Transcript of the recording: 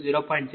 004p